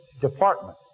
department